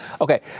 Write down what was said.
Okay